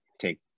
take